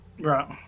Right